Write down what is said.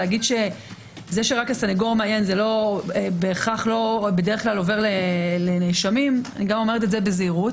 לומר שזה רק שהסנגור מעיין לא עובר לנאשמים - גם אומרת זאת בזהירות